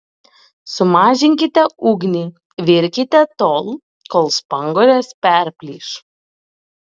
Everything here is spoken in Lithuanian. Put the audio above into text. sumažinkite ugnį virkite tol kol spanguolės perplyš